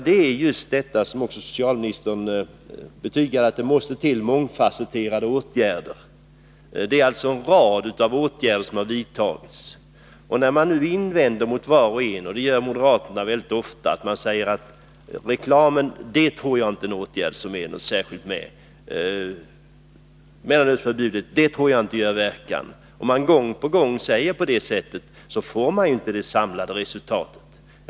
Det är just detta, som också socialministern betygade, att det måste till mångfasetterade åtgärder. Det är alltså en rad av åtgärder som vidtagits. När man nu invänder mot var och en, och det gör moderaterna väldigt ofta — ”ingripanden mot reklamen tror jag inte är en åtgärd som det är något särskilt med, mellanölsförbudet tror jag inte gör verkan” osv. — får man inte fram det samlade resultatet.